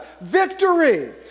victory